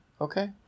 okay